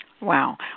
Wow